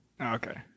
Okay